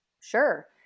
Sure